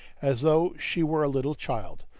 as though she were a little child.